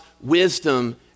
wisdom